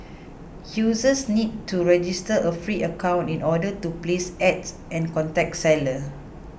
users need to register a free account in order to place Ads and contact seller